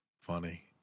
Funny